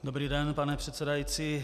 Dobrý den, pane předsedající.